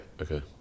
okay